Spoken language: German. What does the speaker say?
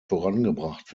vorangebracht